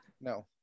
No